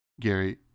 Gary